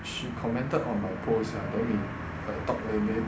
she commented on my post ah then we uh talk a bit